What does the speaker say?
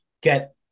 get